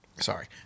Sorry